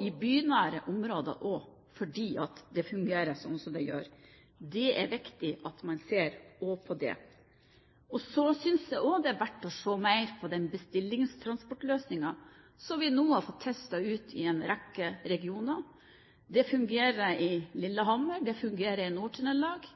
i bynære områder, fordi det fungerer sånn som det gjør. Det er viktig at man også ser på det. Så synes jeg også det er verdt å se mer på den bestillingstransportløsningen som vi nå har fått testet ut i en rekke regioner. Det fungerer i Lillehammer, og det fungerer i Nord-Trøndelag, og